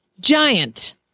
giant